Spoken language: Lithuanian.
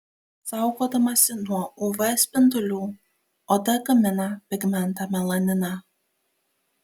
saugodamasi nuo uv spindulių oda gamina pigmentą melaniną